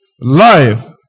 life